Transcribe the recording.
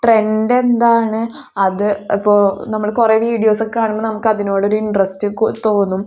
trend എന്താണ് അത് ഇപ്പോൾ നമ്മൾ കുറെ വീഡിയോസൊക്കെ കാണുമ്പോൾ നമുക്ക് അതിനോട് ഒരു ഇൻട്രസ്റ്റ് തോന്നും